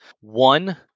One